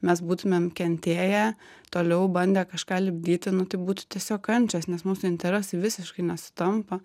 mes būtumėm kentėję toliau bandę kažką lipdyti nu tai būtų tiesiog kančios nes mūsų interesai visiškai nesutampa